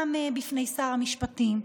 גם בשר המשפטים,